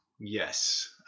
Yes